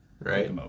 Right